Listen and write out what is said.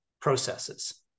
processes